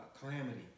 calamity